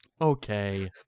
Okay